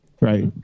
right